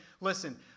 listen